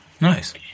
Nice